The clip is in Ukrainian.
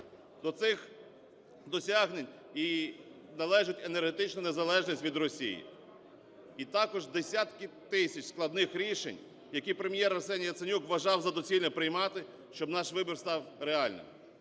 До цих досягнень належить енергетична незалежність від Росії і також десятки тисяч складних рішень, які Прем'єр Арсеній Яценюк вважав за доцільне приймати, щоб наш вибір став реальним.